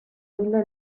nella